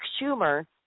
Schumer